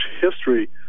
history